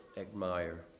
admire